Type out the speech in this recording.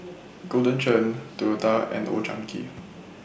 Golden Churn Toyota and Old Chang Kee